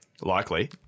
likely